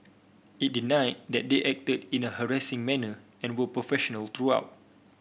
it denied that they acted in a harassing manner and were professional throughout